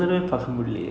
at the theatre